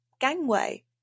gangway